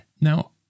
Now